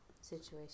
situation